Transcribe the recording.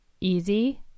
easy